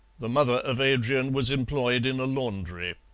the mother of adrian was employed in a laundry.